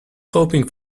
hoping